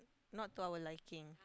not to our liking